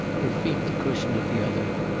her feet the cushion at the other.